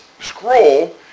scroll